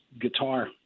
guitar